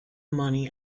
money